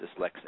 dyslexic